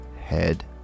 head